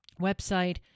website